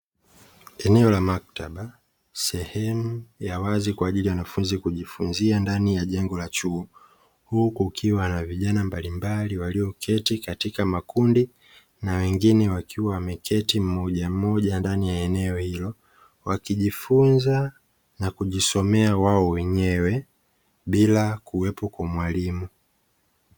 Eneo la maktaba, sehemu ya wazi kwa ajili ya wanafunzi kujifunzia ndani ya jengo la chuo, huku kukiwa na vijana mbalimbali walioketi katika makundi na wengine wakiwa wameketi mmoja mmoja ndani ya eneo hilo, wakijifunza na kujisomea wao wenyewe bila kuwepo kwa mwalimu.